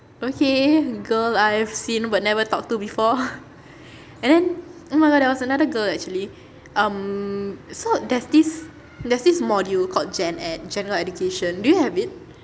okay girl I have seen but never talk to before and then oh my god there was another girl actually um so there's this there's this module called gen ed general education do you have it